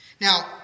Now